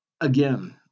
Again